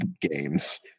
games